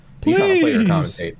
Please